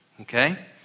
okay